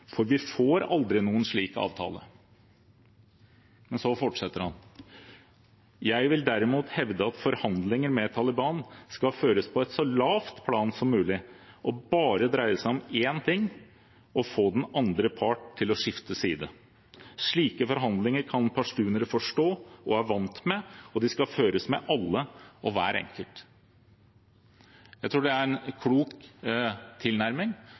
For vi får aldri noen slik avtale. Jeg vil derimot hevde at forhandlinger med Taliban skal føres på et så lavt plan som mulig, og dreie seg om bare én ting: å få den andre part til å skifte side. Slike forhandlinger kan pashtunere forstå og er vant med, og de skal føres med alle og hver enkelt.» Jeg tror det er en klok tilnærming,